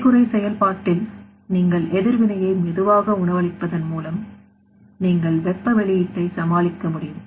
அரைகுறை செயல்பாட்டில் நீங்கள் எதிர்வினையை மெதுவாக உணவளிப்பதன் மூலம் நீங்கள் வெப்ப வெளியீட்டை சமாளிக்க முடியும்